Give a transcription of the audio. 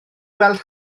weld